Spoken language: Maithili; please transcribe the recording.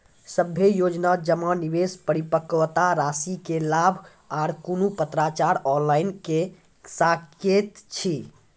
सभे योजना जमा, निवेश, परिपक्वता रासि के लाभ आर कुनू पत्राचार ऑनलाइन के सकैत छी?